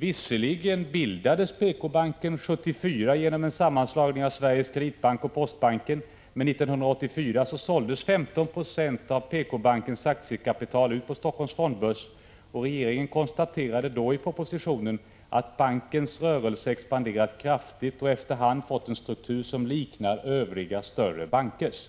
Visserligen bildades PK-banken 1974 genom en sammanslagning av Sveriges Kreditbank och Postbanken, men 1984 såldes 15 96 av PK-bankens aktiekapital ut på Helsingforss fondbörs, och regeringen konstaterade då i propositionen att bankens rörelse hade expanderat kraftigt och efter hand fått en struktur som liknar övriga större bankers.